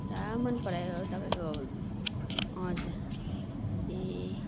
पुरा मन परायो तपाईँको हजुर ए